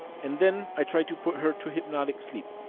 and then i try to put her to hypnotic sleep.